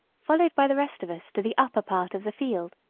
followed by the rest of us to the upper part of the field,